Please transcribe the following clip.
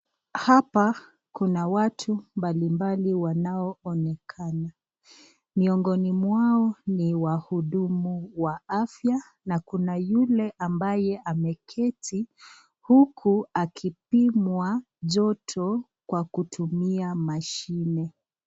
Hapa kuna watu mbalimbali wanaoonekana miongoni mwao ni wahudumu wa afya na kuna yule ambaye ameketi huku akipimwa joto kwa kutumia mashine.